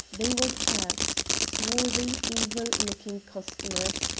they were turks swarthy, evil-looking customers,